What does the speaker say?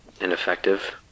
ineffective